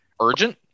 urgent